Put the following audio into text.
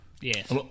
Yes